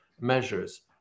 measures